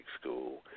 school